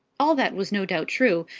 all that was, no doubt, true,